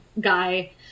guy